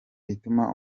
ituma